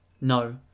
No